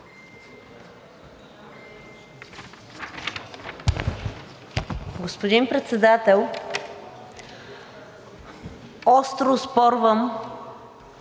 Господин Председател, остро оспорвам